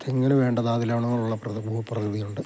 തെങ്ങിനു വേണ്ട ധാതു ലവണങ്ങളുള്ള ഭൂപ്രകൃതിയുണ്ട്